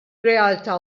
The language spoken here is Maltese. realtà